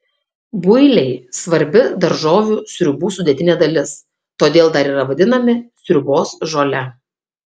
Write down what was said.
builiai svarbi daržovių sriubų sudėtinė dalis todėl dar yra vadinami sriubos žole